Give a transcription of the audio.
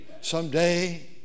Someday